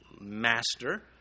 master